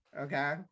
Okay